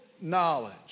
Knowledge